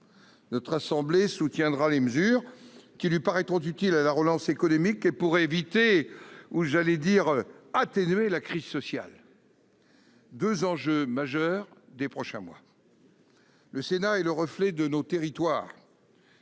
Notre assemblée soutiendra les mesures qui lui paraîtront utiles à la relance économique et susceptibles d'éviter, ou en tout cas d'atténuer, la crise sociale, deux enjeux essentiels des prochains mois. Le Sénat est le reflet de nos territoires.